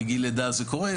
מגיל לידה זה קורה,